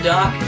Doc